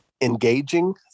engaging